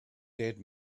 dead